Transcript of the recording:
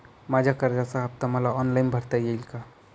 माझ्या कर्जाचा हफ्ता मला ऑनलाईन भरता येईल का?